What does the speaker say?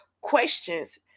questions